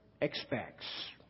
Expects